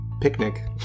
picnic